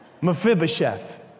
Mephibosheth